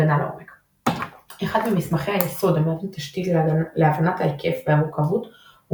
הגנה לעומק אחד ממסמכי היסוד המהווים תשתית להבנת ההיקף והמורכבות הוא